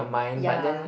ya